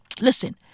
listen